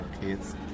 kids